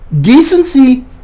decency